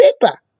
paper